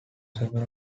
several